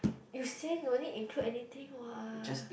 you say no need include anything what